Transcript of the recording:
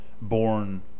born